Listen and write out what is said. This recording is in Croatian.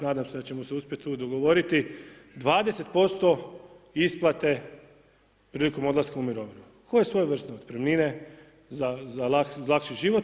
Nadam se da ćemo se uspjeti tu dogovoriti, 20% isplate prilikom odlaska u mirovinu, kao svojevrsne otpremnine za lakši život.